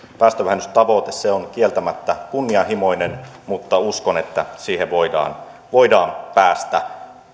päästövähennystavoite on kieltämättä kunnianhimoinen mutta uskon että siihen voidaan voidaan päästä